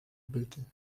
byty